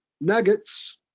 nuggets